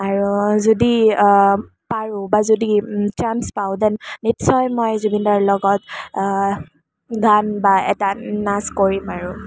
আৰু যদি পাৰোঁ বা যদি চাঞ্চ পাওঁ ডেন নিশ্চয় মই জুবিন দাৰ লগত গান বা এটা নাচ কৰিম আৰু